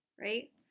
right